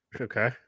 Okay